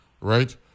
right